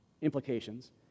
implications